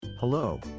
hello